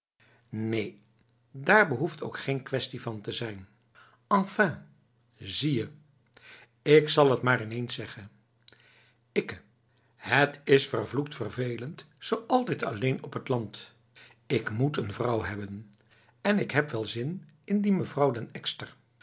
neen daar behoeft ook geen kwestie van te zijn enfin zie je ik zal het je maar ineens zeggen lkke het is vervloekt vervelend zo altijd alleen op het land ik moet een vrouw hebben en ik heb wel zin in die mevrouw